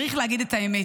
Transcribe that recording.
צריך להגיד את האמת: